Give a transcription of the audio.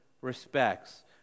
respects